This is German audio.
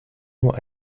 nur